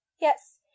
yes